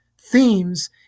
themes